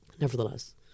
Nevertheless